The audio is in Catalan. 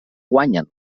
guanyen